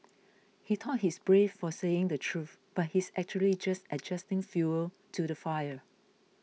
he thought he's brave for saying the truth but he's actually just adding fuel to the fire